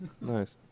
Nice